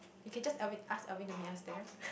you can just Alvin ask Alvin to meet us there